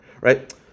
Right